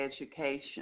education